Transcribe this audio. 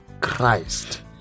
Christ